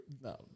No